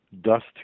dust